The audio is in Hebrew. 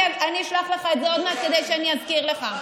אני אשלח לך את זה עוד מעט כדי שאני אזכיר לך.